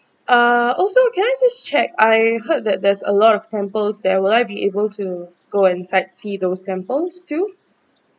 ah also can I just check I heard that there's a lot of temples there would I be able to go inside see those temples too